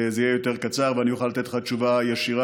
זה יהיה יותר קצר ואני אוכל לתת לך תשובה ישירה